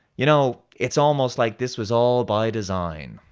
you know, it's almost like this was all by design.